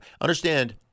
understand